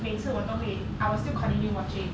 每次我都会 I will still continue watching